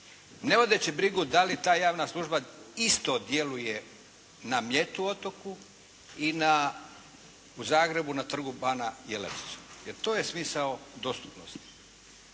ne vodeći brigu da li ta javna služba isto djeluje na Mljetu otoku i u Zagrebu na Trgu bana Jelačića jer to je smisao dostupnosti,